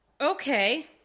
Okay